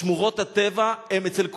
שמורות הטבע הן אצל כולם.